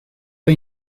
pas